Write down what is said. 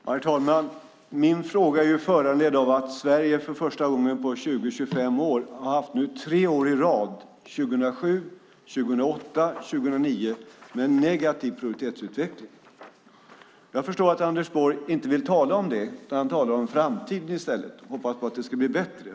Herr talman! Min fråga är föranledd av att Sverige för första gången på 20-25 år nu tre år i rad - 2007, 2008 och 2009 - har haft en negativ produktivitetsutveckling. Jag förstår att Anders Borg inte vill tala om det. Han talar om framtiden i stället och hoppas att det ska bli bättre.